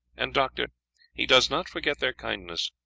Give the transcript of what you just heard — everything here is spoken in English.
and doctor he does not forget their kindness,